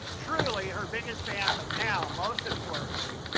truly, her biggest fan, but now most importantly,